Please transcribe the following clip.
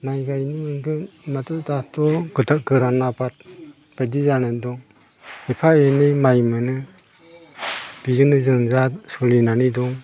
माइ गायनो मोनगोन होमब्लाथ' दाथ' बोथोर गोरान आबाद बायदि जानानै दं एफा एनै माइ मोनो बिजोंनो जों दा सोलिनानै दं